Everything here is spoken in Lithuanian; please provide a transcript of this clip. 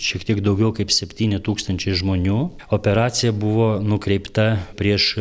šiek tiek daugiau kaip septyni tūkstančiai žmonių operacija buvo nukreipta prieš